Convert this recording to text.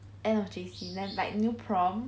end of J_C we have like prom